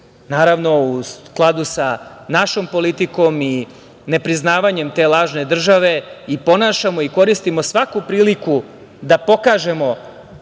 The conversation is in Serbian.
naravno, u skladu sa našom politikom i nepriznavanjem te lažne države i ponašamo i koristimo svaku priliku da pokažemo